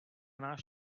náš